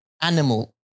Animal